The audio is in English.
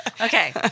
Okay